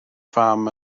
fam